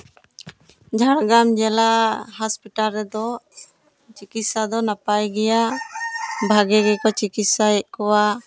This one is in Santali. ᱡᱷᱟᱲᱜᱨᱟᱢ ᱧᱮᱞᱟ ᱦᱟᱸᱥᱯᱤᱴᱟᱞ ᱨᱮᱫᱚ ᱪᱤᱠᱤᱛᱥᱟ ᱫᱚ ᱱᱟᱯᱟᱭ ᱜᱮᱭᱟ ᱵᱷᱟᱜᱮ ᱜᱮᱠᱚ ᱪᱤᱠᱤᱛᱥᱮᱫ ᱠᱚᱣᱟ